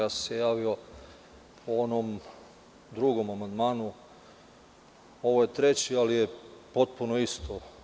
Javio sam se po onom drugom amandmanu, ovo je treći, ali je potpuno isto.